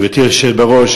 גברתי היושבת-ראש,